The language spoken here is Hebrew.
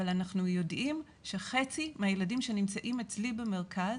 אבל אנחנו יודעים שחצי מכמות הילדים שנמצאים אצלי במרכז,